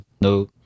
No